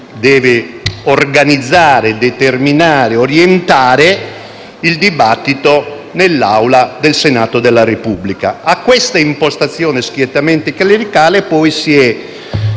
deve organizzare, determinare e orientare il dibattito nell'Aula del Senato della Repubblica. A questa impostazione schiettamente clericale poi si è